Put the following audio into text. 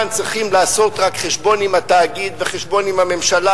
צריכים לעשות רק חשבון עם התאגיד וחשבון עם הממשלה,